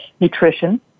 Nutrition